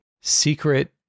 secret